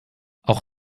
auch